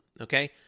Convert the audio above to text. okay